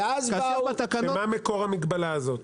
מה מקור המגבלה הזאת?